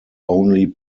only